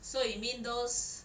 so you mean those